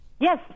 Yes